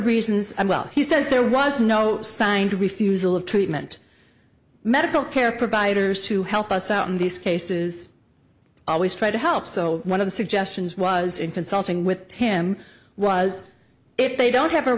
reasons i'm well he says there was no signed refusal of treatment medical care providers to help us out in these cases always try to help so one of the suggestions was in consulting with him was if they don't have a